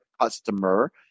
customer